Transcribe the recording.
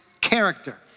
character